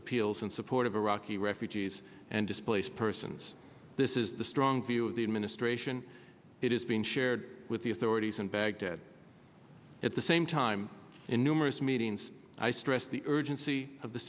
appeals in support of iraqi refugees and displaced persons this is the strong view of the administration it has been shared with the authorities in baghdad at the same time in numerous meetings i stressed the urgency of the